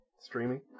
streaming